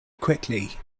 quickly